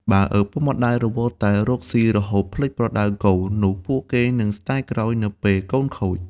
បើឪពុកម្ដាយរវល់តែរកស៊ីរហូតភ្លេចប្រដៅកូន នោះពួកគេនឹងស្ដាយក្រោយនៅពេលកូនខូច។